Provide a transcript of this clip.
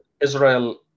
Israel